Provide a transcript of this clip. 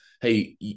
hey